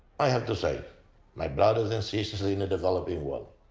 i have to say my brothers and sisters in the developing world,